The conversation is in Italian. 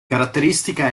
caratteristica